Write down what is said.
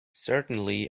certainly